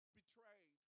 betrayed